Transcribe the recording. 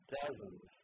dozens